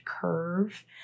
curve